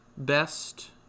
Best